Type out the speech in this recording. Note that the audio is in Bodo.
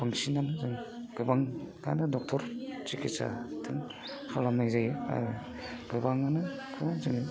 बांसिनानो जों गोबाङानो ड'क्टर सिकित्साखो खालामनाय जायो आरो गोबाङैनो जोङो